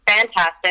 fantastic